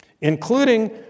including